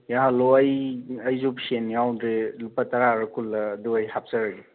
ꯌꯥꯍꯜꯂꯣ ꯑꯩ ꯑꯩꯁꯨ ꯁꯦꯟ ꯌꯥꯎꯗ꯭ꯔꯦ ꯂꯨꯄꯥ ꯇꯔꯥꯔ ꯀꯨꯟꯂꯥ ꯑꯗꯣ ꯑꯩ ꯍꯥꯞꯆꯔꯒꯦ